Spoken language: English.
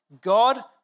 God